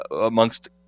amongst